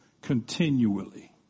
continually